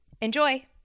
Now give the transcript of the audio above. Enjoy